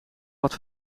wat